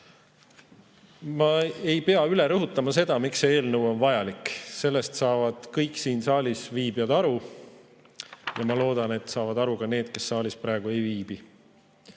Ma ei pea üle rõhutama, miks see eelnõu on vajalik. Sellest saavad kõik siin saalis viibijad aru ja ma loodan, et saavad aru ka need, kes siin saalis praegu ei viibi.